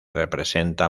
representa